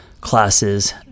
classes